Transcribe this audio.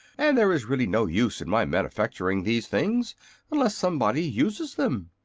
and there is really no use in my manufacturing these things unless somebody uses them.